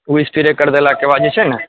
ओ spray कर देलाके बाद जे छै ने